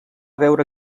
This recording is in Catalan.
veure